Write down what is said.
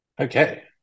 Okay